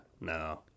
no